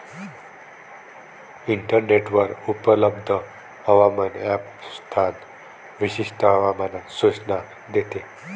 इंटरनेटवर उपलब्ध हवामान ॲप स्थान विशिष्ट हवामान सूचना देते